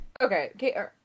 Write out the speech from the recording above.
Okay